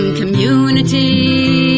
community